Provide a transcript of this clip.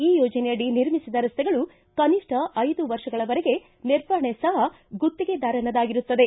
ಈ ಯೋಜನೆಯಡಿ ನಿರ್ಮಿಸಿದ ರಸ್ತೆಗಳು ಕನಿಷ್ಟ ಐದು ವರ್ಷಗಳವರೆಗೆ ನಿರ್ವಹಣೆ ಸಹ ಗುತ್ತಿಗೆದಾರನ ದಾಗಿರುತ್ತದೆ